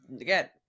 again